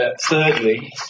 thirdly